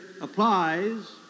applies